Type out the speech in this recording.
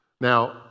Now